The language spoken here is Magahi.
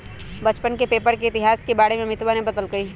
बच्चवन के पेपर के इतिहास के बारे में अमितवा ने बतल कई